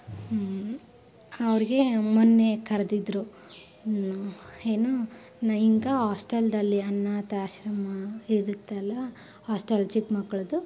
ಹ್ಞೂ ಅವ್ರಿಗೆ ಮೊನ್ನೆ ಕರೆದಿದ್ರು ಏನು ನಾನು ಹಿಂಗೆ ಆಸ್ಟೆಲ್ದಲ್ಲಿ ಅನಾಥಾಶ್ರಮ ಇರುತ್ತಲ್ಲ ಹಾಸ್ಟೆಲ್ ಚಿಕ್ಕ ಮಕ್ಕಳದ್ದು